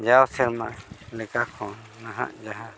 ᱡᱟᱣ ᱥᱮᱨᱢᱟ ᱞᱮᱠᱟ ᱠᱷᱚᱱ ᱱᱟᱦᱟᱜ ᱡᱟᱦᱟᱸ